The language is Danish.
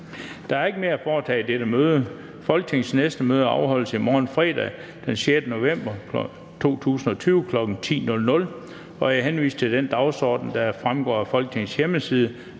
Der er ikke mere at foretage i dette møde. Folketingets næste møde afholdes i morgen, fredag den 6. november 2020, kl. 10.00. Jeg henviser til den dagsorden, der fremgår af Folketingets hjemmeside.